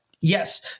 yes